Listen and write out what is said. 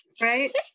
Right